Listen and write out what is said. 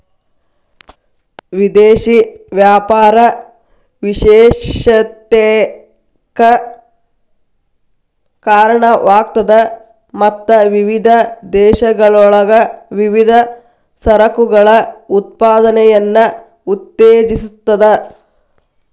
ವಿದೇಶಿ ವ್ಯಾಪಾರ ವಿಶೇಷತೆಕ್ಕ ಕಾರಣವಾಗ್ತದ ಮತ್ತ ವಿವಿಧ ದೇಶಗಳೊಳಗ ವಿವಿಧ ಸರಕುಗಳ ಉತ್ಪಾದನೆಯನ್ನ ಉತ್ತೇಜಿಸ್ತದ